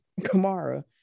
kamara